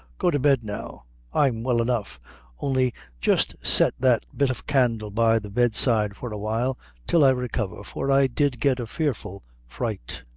go to bed now i'm well enough only jist set that bit of candle by the bed-side for awhile, till i recover, for i did get a fearful fright.